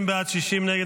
50 בעד, 60 נגד.